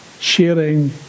sharing